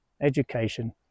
education